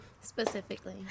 specifically